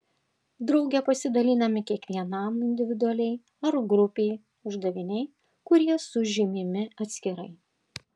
drauge pasidalinami kiekvienam individualiai ar grupei uždaviniai kurie sužymimi atskirai